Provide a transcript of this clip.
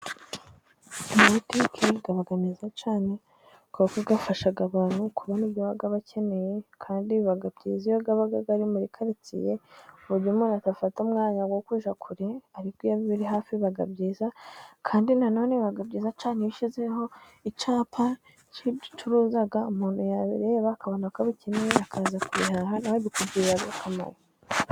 Amabutike aba meza cyane, kubera ko afasha abantu kubona ibyo waba bakeneye, kandi biba byiza iyo aba ari muri karitsiye, ku buryo umuntu atafata umwanya wo kujya kure ,ariko iyo biri hafi biba byiza ,kandi nanone biba byiza cyane iyo ushyizeho icyapa cy'ibyo ucuruza ,umuntu yabireba akabona ko abikeneye akaza guhaha, nawe bikugirira akamaro.